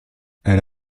elle